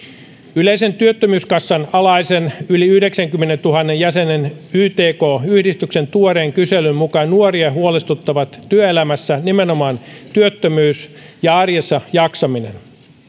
yleisen työttömyyskassan alaisen yli yhdeksänkymmenentuhannen jäsenen ytk yhdistyksen tuoreen kyselyn mukaan nuoria huolestuttavat työelämässä nimenomaan työttömyys ja arjessa jaksaminen